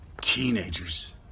Teenagers